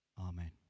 amen